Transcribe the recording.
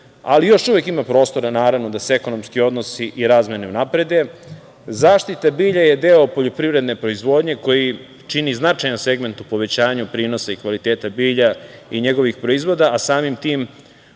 ali još uvek ima prostora naravno da se ekonomski odnosi i razmene unaprede. Zaštita bilja je deo poljoprivredne proizvodnje koji čini značajan segment u povećanju prinosa i kvaliteta bilja i njegovih proizvoda, a samim tim